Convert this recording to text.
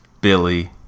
Billy